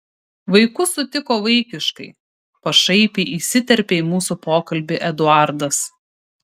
vaikus sutiko vaikiškai pašaipiai įsiterpė į mūsų pokalbį eduardas